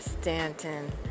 Stanton